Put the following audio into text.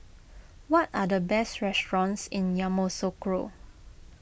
what are the best restaurants in Yamoussoukro